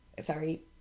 sorry